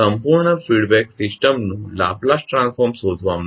સંપૂર્ણ ફીડબેક સિસ્ટમનું Laplace transform શોધવા માટે